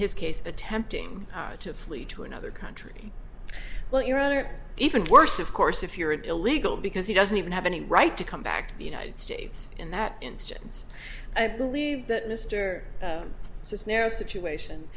his case attempting to flee to another country well your other even worse of course if you're an illegal because he doesn't even have any right to come back to the united states in that instance i believe that mr cisneros situation